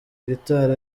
gitari